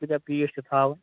کۭتیٛاہ پیٖس چھِو تھاوٕنۍ